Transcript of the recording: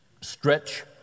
stretch